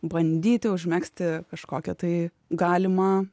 bandyti užmegzti kažkokią tai galimą